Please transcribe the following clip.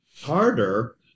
harder